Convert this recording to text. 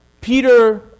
Peter